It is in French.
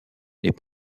les